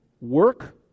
work